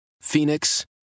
Phoenix